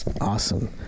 Awesome